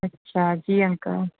अछा जी अंकल